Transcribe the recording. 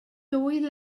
dwy